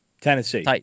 Tennessee